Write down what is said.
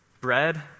bread